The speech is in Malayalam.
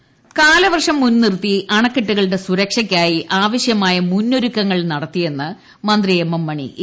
മണി കാലവർഷം മുൻനിർത്തി അണക്കെട്ടുകളുടെ സുരക്ഷയ്ക്കായി ആവശ്യമായ മുന്നൊരുക്കങ്ങൾ നടത്തിയെന്ന് മന്ത്രി എം എം മണ്ണി